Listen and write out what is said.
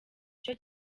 cyo